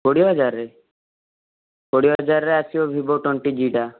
କୋଡ଼ିଏ ହଜାରରେ କୋଡ଼ିଏ ହଜାରରେ ଆସିବା ଭିବୋ ଟ୍ୱେଣ୍ଟି ଜି'ଟା